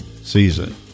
season